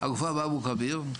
הגופה באבו כביר,